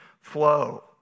flow